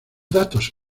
datos